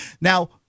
Now